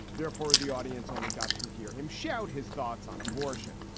therefore, the audience only got to hear him shout his thoughts on abortion